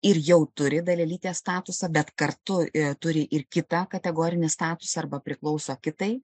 ir jau turi dalelytės statusą bet kartu turi ir kitą kategorinį statusą arba priklauso kitai